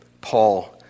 Paul